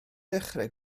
dechrau